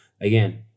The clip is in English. again